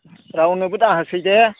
रावनोबो दाहोसै दे